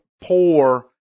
poor